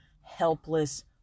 helpless